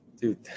Dude